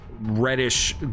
reddish